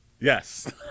Yes